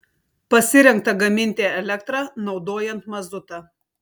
pasirengta gaminti elektrą naudojant mazutą